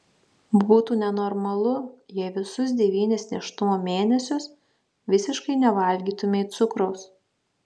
būtų nenormalu jei visus devynis nėštumo mėnesius visiškai nevalgytumei cukraus